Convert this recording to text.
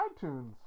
iTunes